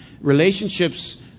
relationships